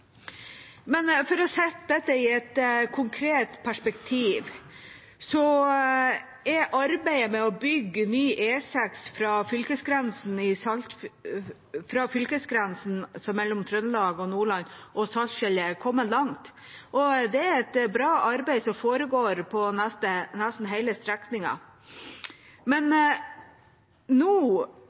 For å sette dette i et konkret perspektiv er arbeidet med å bygge ny E6 fra fylkesgrensen mellom Trøndelag og Nordland – og Saltfjellet – kommet langt. Det er et bra arbeid som foregår på nesten hele strekningen. Men nå